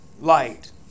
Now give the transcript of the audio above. light